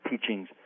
teachings